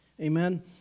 Amen